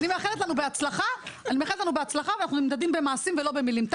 אני מאחלת לנו בהצלחה ואנחנו נמדדים במעשים ולא במילים.